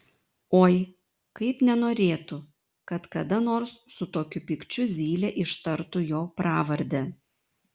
oi kaip nenorėtų kad kada nors su tokiu pykčiu zylė ištartų jo pravardę